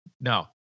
no